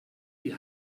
die